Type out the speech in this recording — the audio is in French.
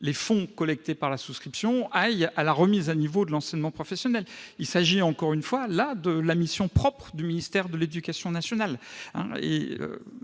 les fonds collectés par la souscription servent à la remise à niveau de l'enseignement professionnel, qui est une mission propre du ministère de l'éducation nationale.